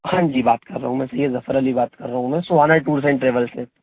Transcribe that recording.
हाँ जी बात कर रहा हूँ मैं सय्यद ज़फ़र अली बात कर रहा हूँ मैं सुहाना टूर्स एण्ड ट्रैवल्स से